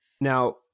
Now